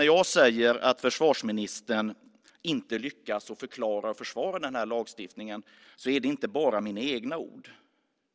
När jag sedan säger att försvarsministern inte lyckas förklara och försvara denna lagstiftning är det inte bara mina egna ord,